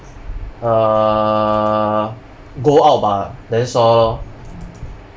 uh go out bah then saw lor